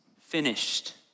finished